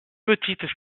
petites